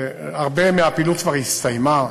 הרבה מהפעילות כבר הסתיימה,